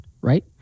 right